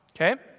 Okay